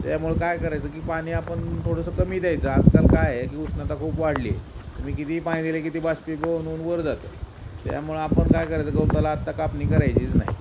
त्याच्यामुळं काय करायचं की पाणी आपण थोडंसं कमी द्यायचं आजकाल काय आहे की उष्णता खूप वाढली आहे तुम्ही कितीही पाणी दिले किती बाष्पीभवन होऊन वर जातं त्यामुळं आपण काय करायचं गवताला आत्ता कापणी करायचीच नाही